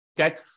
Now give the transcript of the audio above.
Okay